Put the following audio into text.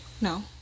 No